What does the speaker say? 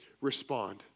respond